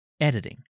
editing